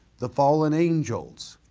the fallen angels.